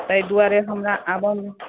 एहि दुआरे हमरा आबय मे